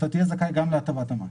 אתה תהיה זכאי גם להטבת המס.